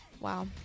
Wow